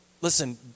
listen